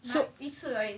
so 一次而已